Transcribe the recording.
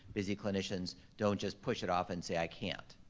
busy clinicians don't just push it off and say i can't?